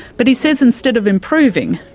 but he says instead of improving,